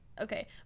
Okay